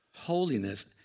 holiness